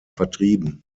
vertrieben